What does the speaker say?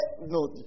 No